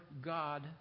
God